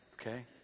Okay